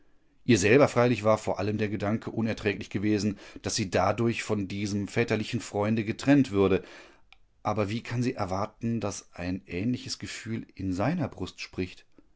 ihr selber freilich war vor allem der gedanke unerträglich gewesen daß sie dadurch von diesem väterlichen freunde getrennt würde aber wie kann sie erwarten daß ein ähnliches gefühl in seiner brust spricht